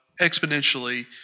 exponentially